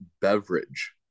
beverage